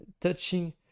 touching